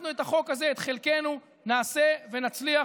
אנחנו, את החוק הזה, את חלקנו, נעשה ונצליח.